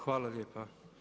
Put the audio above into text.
Hvala lijepa.